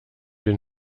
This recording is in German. den